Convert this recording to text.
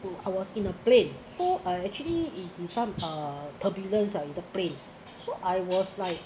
I was in a plane so uh I actually it is some uh turbulence ah in the plane so I was like